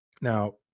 Now